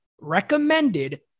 recommended